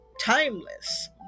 timeless